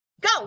Go